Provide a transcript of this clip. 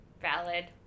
Valid